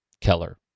Keller